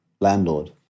landlord